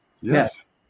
Yes